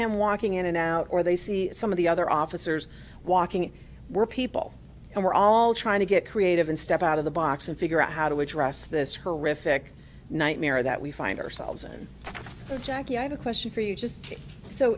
him walking in and out or they see some of the other officers walking were people and we're all trying to get creative and step out of the box and figure out how do we address this horrific nightmare that we find ourselves in so jackie i have a question for you just